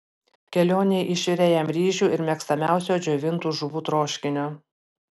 kelionei išvirė jam ryžių ir mėgstamiausio džiovintų žuvų troškinio